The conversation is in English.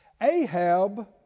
Ahab